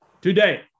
today